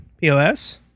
POS